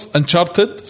Uncharted